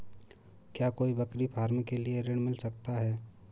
क्या कोई बकरी फार्म के लिए ऋण मिल सकता है?